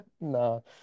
No